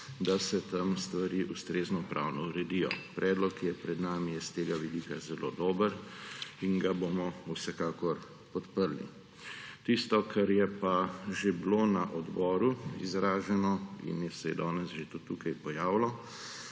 da se tam stvari ustrezno pravno uredijo. Predlog, ki je pred nami, je s tega vidika zelo dober in ga bomo vsekakor podprli. Tisto, kar je pa že bilo na odboru izraženo in se je danes že tudi tukaj pojavilo,